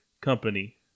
Company